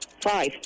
Five